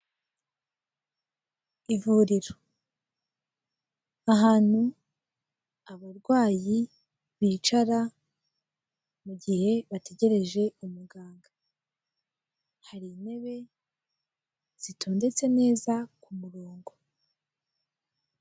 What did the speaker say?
Ivuriro, ahantu abarwayi bicara mu gihe bategereje umuganga, hari intebe zitondetse neza ku morongo.